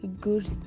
good